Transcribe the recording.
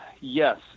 Yes